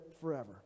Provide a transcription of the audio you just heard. forever